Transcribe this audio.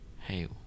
hey